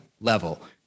level